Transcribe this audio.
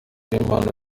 uwimana